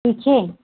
पीछे